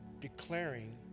declaring